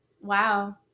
Wow